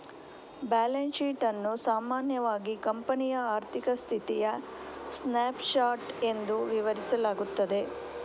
balance sheet ಅನ್ನು ಸಾಮಾನ್ಯವಾಗಿ ಕಂಪನಿಯ ಆರ್ಥಿಕ ಸ್ಥಿತಿಯ ಸ್ನ್ಯಾಪ್ ಶಾಟ್ ಎಂದು ವಿವರಿಸಲಾಗುತ್ತದೆ